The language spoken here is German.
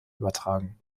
übertragen